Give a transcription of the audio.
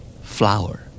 Flower